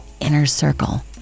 INNERCIRCLE